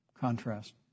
contrast